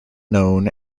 known